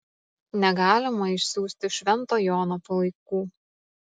negalima išsiųsti švento jono palaikų